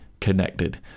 connected